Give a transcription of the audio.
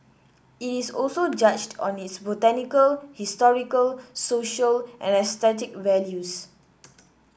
it is also judged on its botanical historical social and aesthetic values